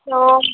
hello